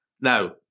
Now